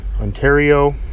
Ontario